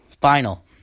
final